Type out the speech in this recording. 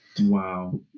Wow